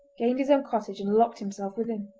gained his own cottage and locked himself within.